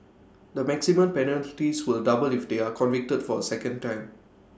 the maximum penalties will double if they are convicted for A second time